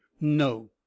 no